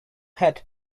had